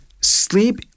Sleep